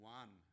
one